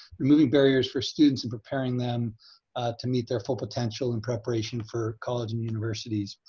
removing barriers for students, and preparing them to meet their full potential in preparation for college and universities.